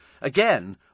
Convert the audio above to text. Again